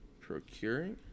Procuring